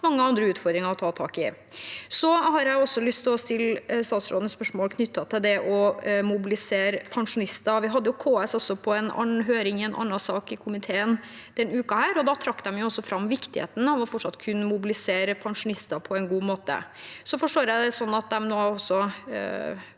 også mange andre utfordringer å ta tak i. Jeg har også lyst å stille statsråden spørsmål knyttet til det å mobilisere pensjonister. Vi hadde KS på høring i en annen sak i komiteen denne uken. Da trakk de fram viktigheten av fortsatt å kunne mobilisere pensjonister på en god måte. Så forstår jeg det sånn at de også